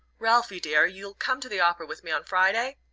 ralphie, dear, you'll come to the opera with me on friday?